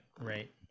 right